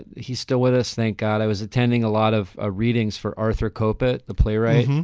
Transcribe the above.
he's still with us. thank god i was attending a lot of ah readings for arthur kopa, the playwright.